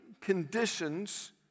conditions